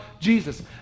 jesus